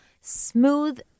smooth